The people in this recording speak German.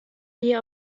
dir